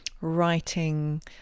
writing